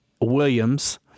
Williams